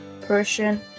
Persian